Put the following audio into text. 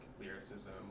lyricism